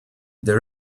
the